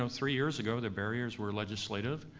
so three years ago, the barriers were legislative,